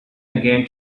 again